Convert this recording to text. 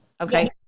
Okay